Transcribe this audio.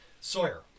Sawyer